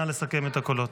נא לסכם את הקולות.